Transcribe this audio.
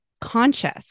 conscious